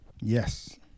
Yes